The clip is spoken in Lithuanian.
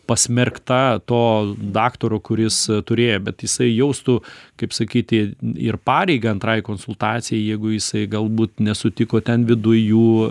pasmerkta to daktaro kuris turėjo bet jisai jaustų kaip sakyti ir pareigą antrai konsultacijai jeigu jisai galbūt nesutiko ten viduj jų